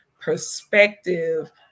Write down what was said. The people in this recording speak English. perspective